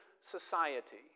society